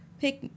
pick